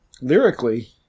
lyrically